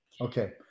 Okay